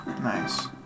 Nice